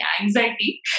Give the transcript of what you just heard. anxiety